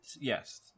Yes